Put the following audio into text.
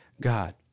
God